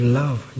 love